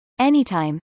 anytime